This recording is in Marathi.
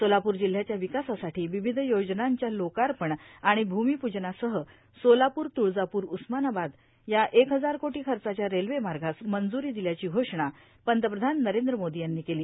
सोलापूर जिल्ह्याच्या विकासासाठी विविध योजनांच्या लोकार्पण आणि भूमिपूजनासह सोलापूर तुळजाप्र उस्मानाबाद या एक हजार कोटी खर्चाच्या रेल्वेमार्गास मंजूरी दिल्याची घोषणा पंतप्रधान नरेंद्र मोदी यांनी केली